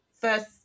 first